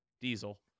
Diesel